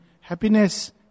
happiness